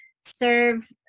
serve